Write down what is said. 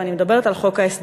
ואני מדברת על חוק ההסדרים.